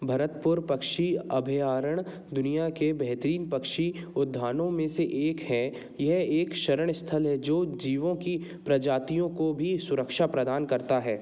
भरतपुर पक्षी अभयारण दुनिया के बेहतरीन पक्षी उधानों में से एक हैं यह एक शरणस्थल है जो जीवों की प्रजातियों को भी सुरक्षा प्रदान करता है